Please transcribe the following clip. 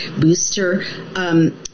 booster